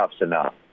enough